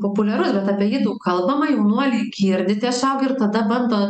populiarus bet apie jį daug kalbama jaunuolai girdi tiesiog ir tada bando